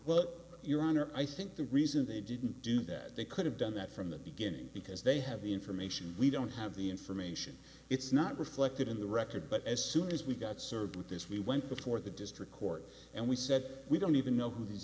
well your honor i think the reason they didn't do that they could have done that from the beginning because they have the information we don't have the information it's not reflected in the record but as soon as we got served with this we went before the district court and we said we don't even know who these